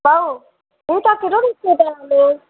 भाऊ हू तव्हां किथे ॾिसी पिया हलो